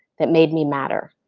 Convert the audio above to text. that made me matter.